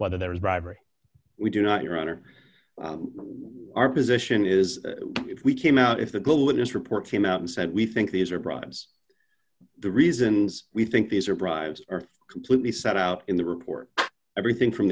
whether there is bribery we do not your honor our position is if we came out if the global witness report came out and said we think these are bribes the reasons we think these are bribes are completely set out in the report everything from